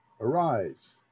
arise